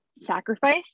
sacrifice